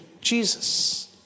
Jesus